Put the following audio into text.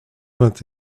vingt